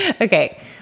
Okay